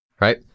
right